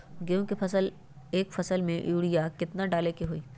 गेंहू के एक फसल में यूरिया केतना डाले के होई?